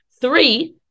three